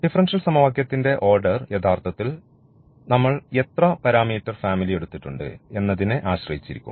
differential സമവാക്യത്തിന്റെ order യഥാർത്ഥത്തിൽ നമ്മൾ എത്ര പാരാമീറ്റർ ഫാമിലി എടുത്തിട്ടുണ്ട് എന്നതിനെ ആശ്രയിച്ചിരിക്കും